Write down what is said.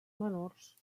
menors